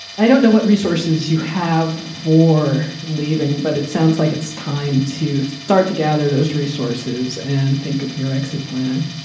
i don't know what resources you have for leaving, but it sounds like it's time to start to gather those resources and think of your exit plan.